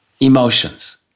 emotions